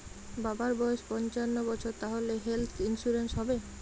বাবার বয়স পঞ্চান্ন বছর তাহলে হেল্থ ইন্সুরেন্স হবে?